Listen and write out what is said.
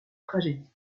tragédies